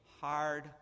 hard